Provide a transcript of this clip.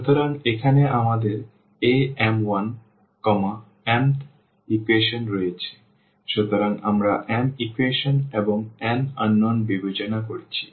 সুতরাং এখানে আমাদের am1 mth ইকুয়েশন রয়েছে সুতরাং আমরা m ইকুয়েশন এবং n অজানা বিবেচনা করেছি